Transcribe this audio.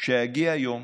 שיגיע יום